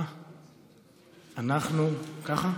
------ ככה?